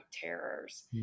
terrors